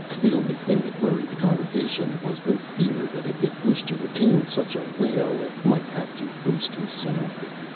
the only thing that worried the congregation was the fear that if it wished to retain such a whale it might have to boost his salary.